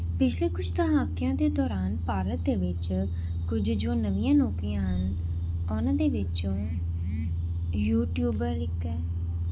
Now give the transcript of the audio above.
ਪਿਛਲੇ ਕੁਛ ਦਹਾਕਿਆਂ ਦੇ ਦੌਰਾਨ ਭਾਰਤ ਦੇ ਵਿੱਚ ਕੁਝ ਜੋ ਨਵੀਆਂ ਨੌਕਰੀਆਂ ਹਨ ਉਹਨਾਂ ਦੇ ਵਿੱਚੋਂ ਯੂਟਿਊਬਰ ਇੱਕ ਹੈ